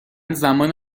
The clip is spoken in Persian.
زمان